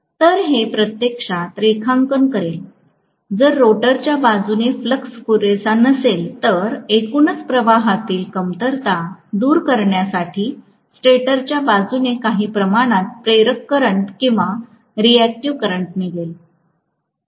तर हे प्रत्यक्षात रेखांकन करेल जर रोटरच्या बाजूने फ्लक्स पुरेसा नसेल तर एकूणच प्रवाहातील कमतरता दूर करण्यासाठी स्टेटरच्या बाजूने काही प्रमाणात प्रेरक करंट किंवा रिक्टिव करंट निघेल